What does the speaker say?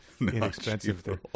inexpensive